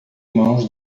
mãos